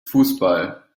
fußball